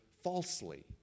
falsely